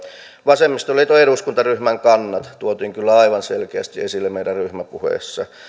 vasemmistoliiton eduskuntaryhmän kannat tuotiin kyllä aivan selkeästi esille meidän ryhmäpuheessamme